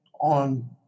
on